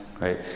right